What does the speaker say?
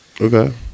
Okay